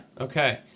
Okay